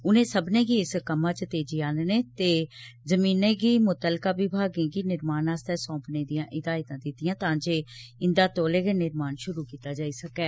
उनें सब्मने गी इस कम्मा च तेजी आनने ते मुत्तलका विभागें गी निर्माण आस्तै सौंपने दियां हिदायतां दित्तियां तां जे इन्दा तौले गै निर्माण शुरू कीता जाई सकै